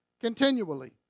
continually